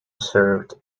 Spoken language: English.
served